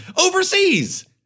overseas